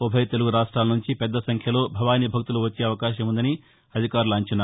ఉభయ తెలుగు రాష్ట్రాల నుంచి పెద్దసంఖ్యలో భవానీ భక్తులు వచ్చే అవకాశం ఉందని అధికారుల అంచనా